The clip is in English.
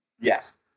yes